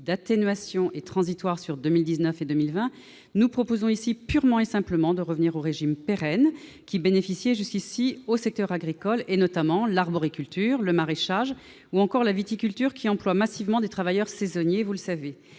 d'atténuation » et transitoire sur 2019 et 2020, nous proposons purement et simplement de revenir au régime pérenne dont bénéficiait jusqu'ici le secteur agricole, notamment l'arboriculture, le maraîchage ou encore la viticulture, qui emploient massivement des travailleurs saisonniers. Il serait